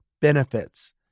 benefits